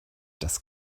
das